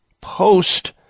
post